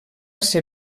ser